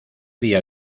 día